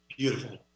Beautiful